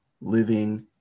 living